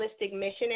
missionary